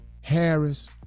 Harris